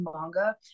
manga